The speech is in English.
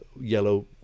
yellow